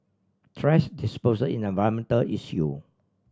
thrash disposal in an environmental issue